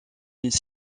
une